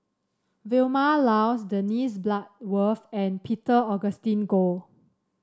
Vilma Laus Dennis Bloodworth and Peter Augustine Goh